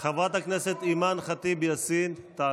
חבר הכנסת קלנר, תודה.